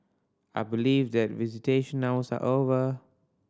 I believe that visitation hours are over